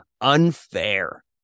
unfair